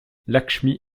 lakshmi